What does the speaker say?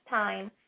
time